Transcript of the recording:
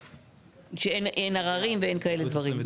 שאין עררים ואין כאלה דברים.